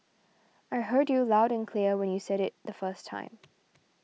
I heard you loud and clear when you said it the first time